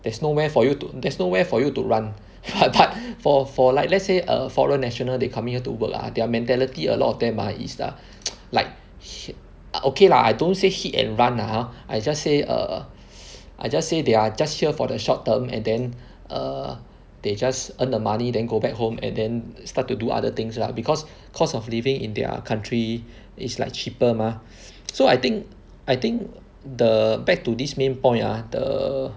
there's nowhere for you to there's nowhere for you to run but for for like let's say err foreign national they come here to work ah their mentality a lot of them ah is the like shit okay lah I don't say hit and run lah ah I just say err I just say they are just here for the short term and then err they just earn the money then go back home and then start to do other things lah because cost of living in their country is like cheaper mah so I think I think the back to this main point ah the